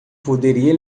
poderia